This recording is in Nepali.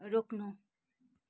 रोक्नु